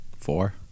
four